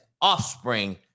offspring